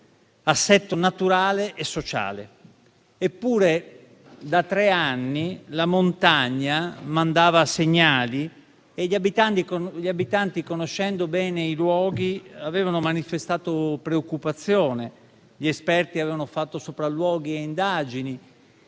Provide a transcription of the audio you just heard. assetto naturale e sociale. Eppure da tre anni la montagna mandava segnali e gli abitanti, conoscendo bene i luoghi, avevano manifestato preoccupazione. Gli esperti avevano fatto sopralluoghi e indagini